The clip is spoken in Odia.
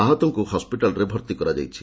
ଆହତମାନଙ୍କୁ ହସ୍କିଟାଲ୍ରେ ଭର୍ତ୍ତି କରାଯାଇଛି